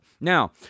Now